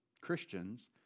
Christians